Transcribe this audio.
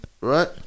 right